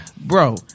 bro